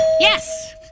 Yes